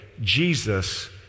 Jesus